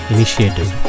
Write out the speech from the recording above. Initiative